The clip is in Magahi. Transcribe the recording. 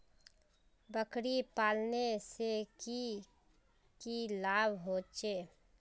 बकरी पालने से की की लाभ होचे?